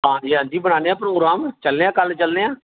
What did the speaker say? हां जी हां जी बनाने प्रोग्राम चलने आं कल चलने आं